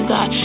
God